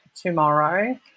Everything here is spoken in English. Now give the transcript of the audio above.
tomorrow